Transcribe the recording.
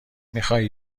میخوای